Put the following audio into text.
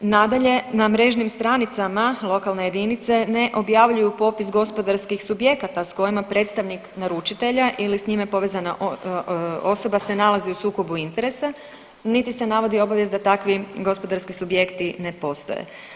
Nadalje, na mrežnim stranicama lokalne jedinice ne objavljuju popis gospodarskih subjekata s kojima predstavnik naručitelja ili s njime povezana osoba se nalazi u sukobu interesa niti se navodi obavijest da takvi gospodarski subjekti ne postoje.